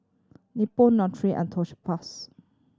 Nutren and